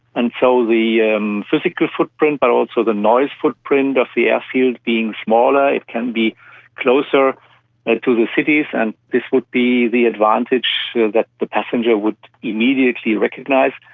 and so the um physical footprint but also the noise footprint of the airfield being smaller, it can be closer and to the cities and this would be the advantage that the passenger would immediately recognise.